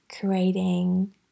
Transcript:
creating